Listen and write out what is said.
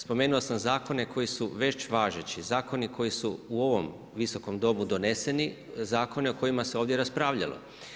Spomenuo sam zakone koji su već važeći, zakoni koji su u ovom Visokom domu doneseni, zakoni o kojima se ovdje raspravljalo.